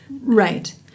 right